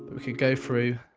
but we can go through